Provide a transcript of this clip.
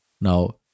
now